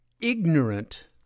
ignorant